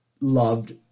loved